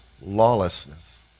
lawlessness